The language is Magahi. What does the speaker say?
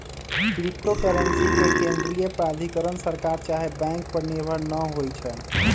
क्रिप्टो करेंसी के केंद्रीय प्राधिकरण सरकार चाहे बैंक पर निर्भर न होइ छइ